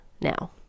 now